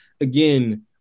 again